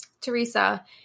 Teresa